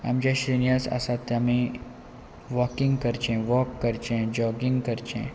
आमचे सिनियर्स आसात तेमी वॉकींग करचें वॉक करचें जॉगींग करचें